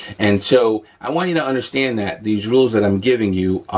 and so i want you to understand that these rules that i'm giving you,